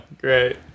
great